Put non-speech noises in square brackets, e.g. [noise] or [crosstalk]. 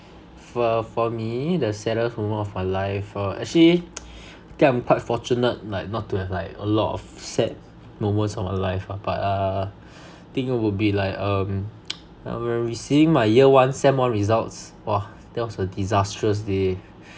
for for me the saddest moment of my life uh actually [noise] I think I'm quite fortunate like not to have like a lot of sad moments of my life lah but uh think it will be like um [noise] I when receiving my year one sem one results !wah! that was a disastrous day